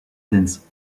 dance